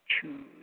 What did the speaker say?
choose